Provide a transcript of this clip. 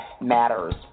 matters